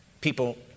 People